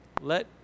let